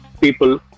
people